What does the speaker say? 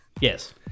Yes